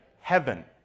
Heaven